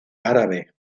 árabe